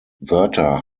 wörter